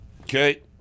Okay